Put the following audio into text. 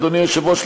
אדוני היושב-ראש,